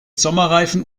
sommerreifen